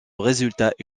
résultats